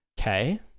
okay